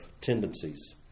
tendencies